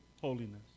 holiness